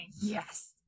Yes